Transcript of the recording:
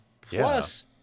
plus